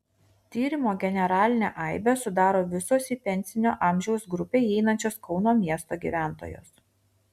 tyrimo generalinę aibę sudaro visos į pensinio amžiaus grupę įeinančios kauno miesto gyventojos